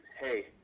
Hey